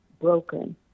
broken